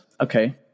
okay